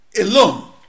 alone